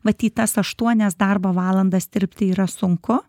vat į tas aštuonias darbo valandas dirbti yra sunku